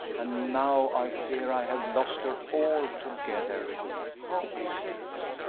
and now i fear i have lost her altogether. how is it?